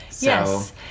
Yes